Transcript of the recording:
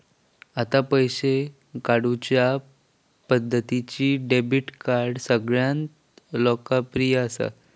आता पैशे काढुच्या पद्धतींत डेबीट कार्ड सगळ्यांत लोकप्रिय असा